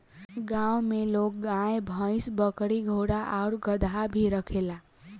गांव में लोग गाय, भइस, बकरी, घोड़ा आउर गदहा भी रखेला